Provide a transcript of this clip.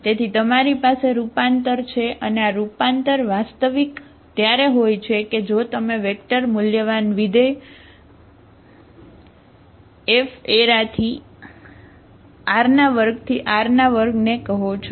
તેથી તમારી પાસે રૂપાંતર F R2 → R2 ને કહો છો